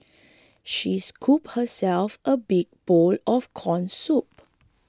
she scooped herself a big bowl of Corn Soup